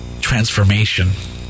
transformation